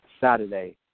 Saturday